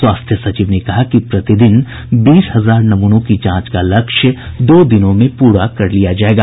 स्वास्थ्य सचिव ने कहा कि प्रतिदिन बीस हजार नमूनों की जांच का लक्ष्य दो दिनों में पूरा कर लिया जायेगा